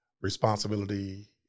responsibility